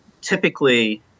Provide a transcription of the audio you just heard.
typically